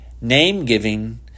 Name-giving